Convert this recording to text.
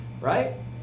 right